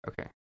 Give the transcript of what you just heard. Okay